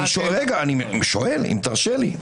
אני שואל, אם תרשה לי.